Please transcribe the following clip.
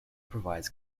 provides